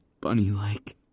bunny-like